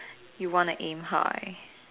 you wanna aim high